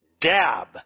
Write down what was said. dab